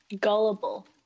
gullible